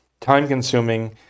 time-consuming